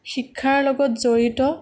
শিক্ষাৰ লগত জড়িত